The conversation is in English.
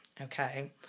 Okay